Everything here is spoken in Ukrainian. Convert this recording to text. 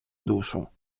душу